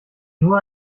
nur